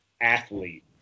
athlete